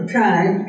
time